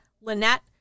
Lynette